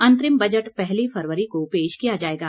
अंतरिम बजट पहली फरवरी को पेश किया जाएगा